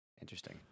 Interesting